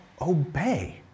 obey